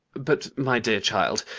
but, my dear child,